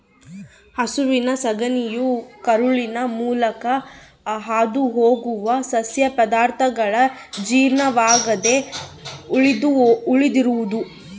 ಹಸುವಿನ ಸಗಣಿಯು ಕರುಳಿನ ಮೂಲಕ ಹಾದುಹೋಗುವ ಸಸ್ಯ ಪದಾರ್ಥಗಳ ಜೀರ್ಣವಾಗದೆ ಉಳಿದಿರುವುದು